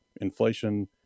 Inflation